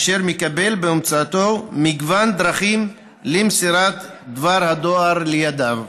והוא מקבל באמצעותו מגוון דרכים למסירת דבר הדואר לידיו: